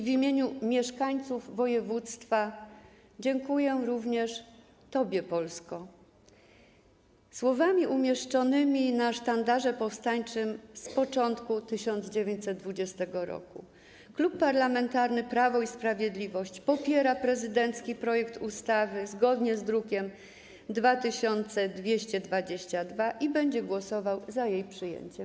W imieniu mieszkańców województwa dziękuję również tobie, Polsko, słowami umieszczonymi na sztandarze powstańczym z początku 1920 r. Klub Parlamentarny Prawo i Sprawiedliwość popiera prezydencki projekt ustawy z druku nr 2222 i będzie głosował za jego przyjęciem.